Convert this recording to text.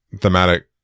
thematic